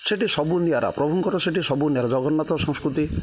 ସେଠି ସବୁ ନିଆରା ପ୍ରଭୁଙ୍କର ସେଠି ସବୁ ନିଆରା ଜଗନ୍ନାଥ ସଂସ୍କୃତି